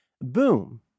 Boom